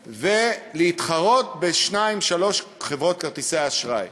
ולהתחרות בשתיים-שלוש חברות כרטיסי האשראי.